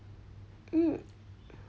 mm